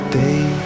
day